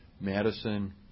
Madison